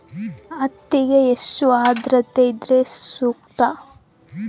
ಹತ್ತಿಗೆ ಎಷ್ಟು ಆದ್ರತೆ ಇದ್ರೆ ಸೂಕ್ತ?